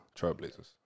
Trailblazers